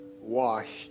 washed